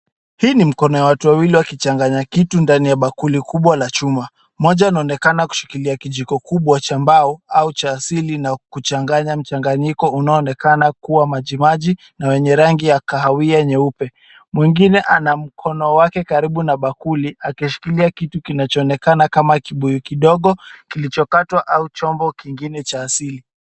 Hii ni mkono ya watu wawili wakichanganya kitu ndani ya bakuli kubwa la chuma. Mmoja anaonekana kushikilia kijiko kikubwa cha mbao au cha asili na kuchanganya mchanganyiko unaoonekana kuwa maji maji na wenye rangi ya kahawia nyeupe. Mwingine ana mkono wake karibu na bakuli akishikilia kitu kinachoonekana kama kibuyu kidogo kilichokatwa au chombo kingine cha asili.